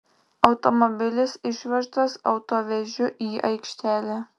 automobilis išvežtas autovežiu į aikštelę